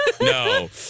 No